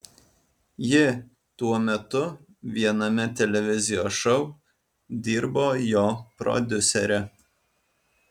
ji tuo metu viename televizijos šou dirbo jo prodiusere